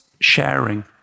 sharing